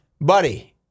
buddy